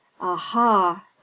Aha